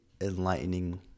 enlightening